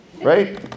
Right